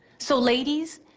so ladies,